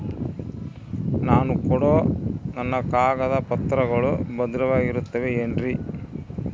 ನಾನು ಕೊಡೋ ನನ್ನ ಕಾಗದ ಪತ್ರಗಳು ಭದ್ರವಾಗಿರುತ್ತವೆ ಏನ್ರಿ?